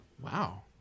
Wow